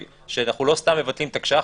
שאנחנו לא סתם מבטלים תקש"ח,